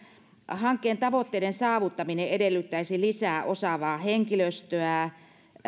hankkeen tavoitteiden saavuttaminen edellyttäisi lisää osaavaa henkilöstöä